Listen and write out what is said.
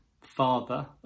father